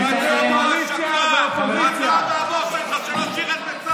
אתה והבוס שלך, שלא שירת בצה"ל.